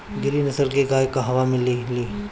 गिरी नस्ल के गाय कहवा मिले लि?